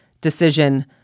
decision